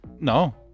No